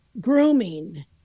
grooming